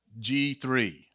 G3